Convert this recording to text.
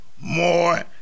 more